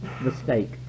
Mistake